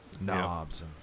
Knobs